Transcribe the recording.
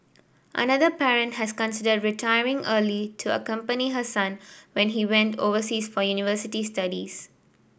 another parent had considered retiring early to accompany her son when he went overseas for university studies